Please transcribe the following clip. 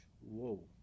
Whoa